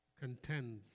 contends